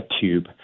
tube